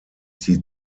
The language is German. sie